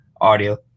audio